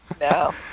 No